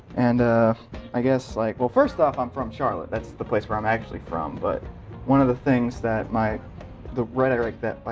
and ah i guess, like well, first off, i'm from charlotte. that's the place where i'm actually from. but one of the things that my the rhetoric that, like,